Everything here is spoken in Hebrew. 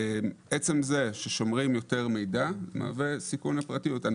עצם זה ששומרים יותר מידע מהווה סיכון לפרטיות.